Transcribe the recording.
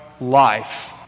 life